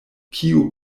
kiu